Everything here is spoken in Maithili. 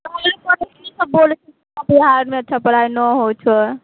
सभ बोलैत सभ छै बिहारमे अच्छा पढ़ाइ नहि होइत छै